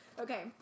Okay